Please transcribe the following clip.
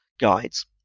guides